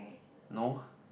no